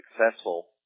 successful